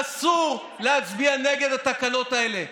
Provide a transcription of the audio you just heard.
אסור להצביע נגד התקנות האלה.